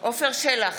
עפר שלח,